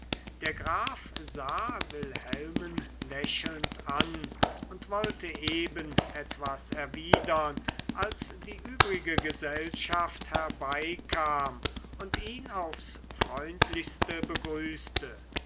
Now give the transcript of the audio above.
der graf sah wilhelmen lächelnd an und wollte eben etwas erwidern als die übrige gesellschaft herbeikam und ihn aufs freundlichste begrüßte